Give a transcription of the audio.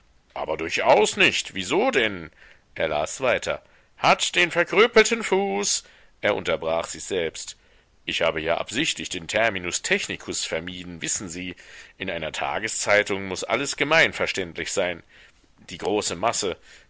aber durchaus nicht wieso denn er las weiter hat den verkrüppelten fuß er unterbrach sich selbst ich habe hier absichtlich den terminus technicus vermieden wissen sie in einer tageszeitung muß alles gemeinverständlich sein die große masse